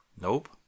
Nope